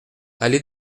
allée